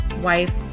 wife